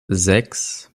sechs